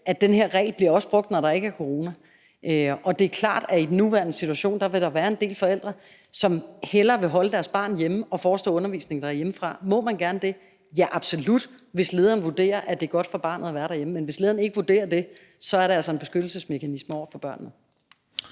at den her regel også bliver brugt, når der ikke er corona, og det er klart, at i den nuværende situation vil der være en del forældre, som hellere vil holde deres barn hjemme og forestå undervisning hjemmefra. Må man gerne det? Ja, absolut, hvis lederen vurderer, at det er godt for barnet at være derhjemme. Men hvis lederen ikke vurdere det, så er det altså en beskyttelsesmekanisme over for børnene.